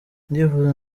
ndifuza